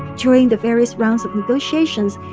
during the various rounds of negotiations,